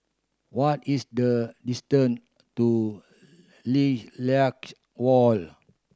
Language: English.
what is the distance to Lilac Walk